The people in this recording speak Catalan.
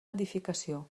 edificació